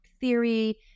theory